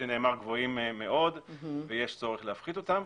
גבוהים מאוד ויש צורך להפחית אותם.